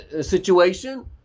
situation